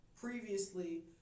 previously